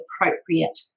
appropriate